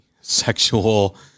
sexual